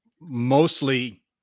mostly